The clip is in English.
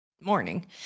morning